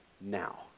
now